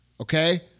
Okay